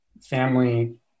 family